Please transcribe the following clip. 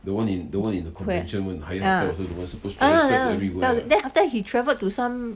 correct ah ah that one that that after that he travelled to some